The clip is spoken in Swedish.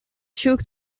sjukt